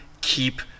keep